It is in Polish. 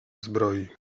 zbroi